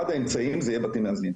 אחד האמצעים זה יהיה בתים מאזנים,